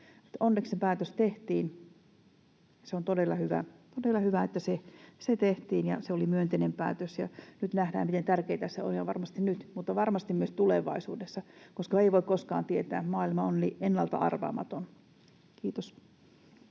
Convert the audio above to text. onneksi se päätös tehtiin. On todella hyvä, että se tehtiin ja se oli myönteinen päätös. Nyt nähdään, miten tärkeätä se on — varmasti nyt mutta varmasti myös tulevaisuudessa, koska ei voi koskaan tietää: maailma on niin ennalta arvaamaton. — Kiitos.